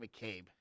McCabe